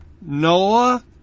Noah